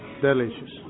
Delicious